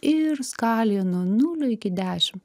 ir skalėje nuo nulio iki dešim